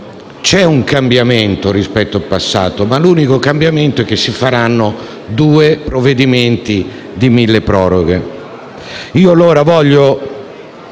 c'è un cambiamento rispetto al passato: l'unico cambiamento è che si faranno due provvedimenti milleproroghe.